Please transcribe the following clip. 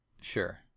sure